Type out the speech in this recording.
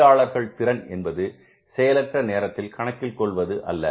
தொழிலாளர்கள் திறன் என்பது செயலற்ற நேரத்தில் கணக்கில் கொள்வது அல்ல